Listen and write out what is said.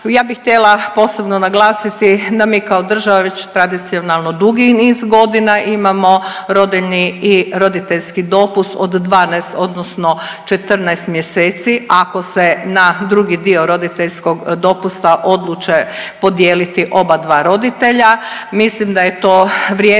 Ja bih htjela posebno naglasiti da mi kao država već tradicionalno dugi niz godina imamo rodiljni i roditeljski dopust od 12 odnosno 14 mjeseci, ako se na drugi dio roditeljskog dopusta odluče podijeliti oba dva roditelja. Mislim da je to vrijeme